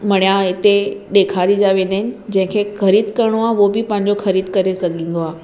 मणिया हिते ॾेखारिया वेंदा आहिनि जंहिं खे ख़रीदु करिणो आहे उहो बि पंहिंजो ख़रीदु करे सघंदो आहे